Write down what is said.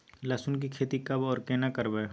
लहसुन की खेती कब आर केना करबै?